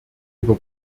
über